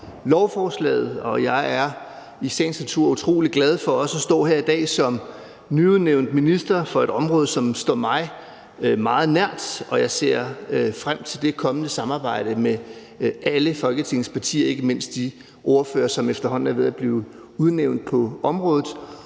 lovforslaget. Jeg er i sagens natur utrolig glad for også at stå her i dag som nyudnævnt minister for et område, som står mig meget nært. Jeg ser frem til det kommende samarbejde med alle Folketingets partier og ikke mindst de ordførere, som efterhånden er ved at blive udnævnt på området.